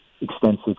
extensive